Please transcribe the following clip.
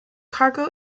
cargo